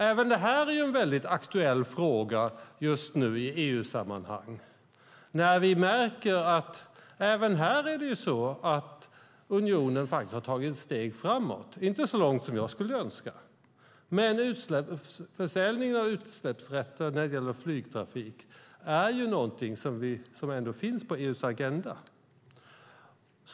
Även detta är just nu en väldigt aktuell fråga i EU-sammanhang, när vi märker att det även här är så att unionen faktiskt har tagit ett steg framåt - inte så långt som jag skulle önska, men försäljningen av utsläppsrätter när det gäller flygtrafik är någonting som ändå finns på EU:s agenda.